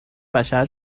بشر